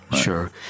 sure